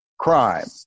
Crime